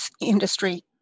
industry